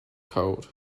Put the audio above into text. code